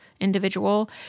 individual